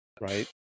right